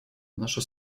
наша